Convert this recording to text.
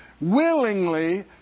willingly